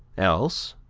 else,